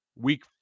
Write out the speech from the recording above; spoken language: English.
Week